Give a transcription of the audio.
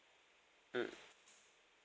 mm